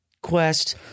quest